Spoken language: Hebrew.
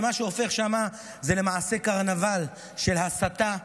וזה הופך שם למעשה לקרנבל של הסתה,